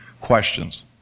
questions